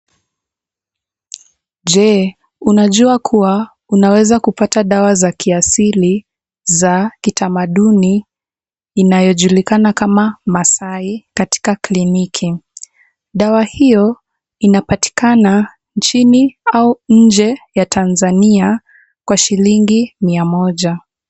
Je unajua kuwa unaeza pata dawa za kiasili za kitamaduni inayojulikana kama maasai katika kliniki. Dawa hiyo inapatikana nchini au nje ya Tanzania kwa shilingi mia moja.